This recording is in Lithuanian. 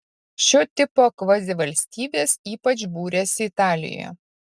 šio tipo kvazivalstybės ypač būrėsi italijoje